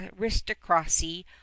aristocracy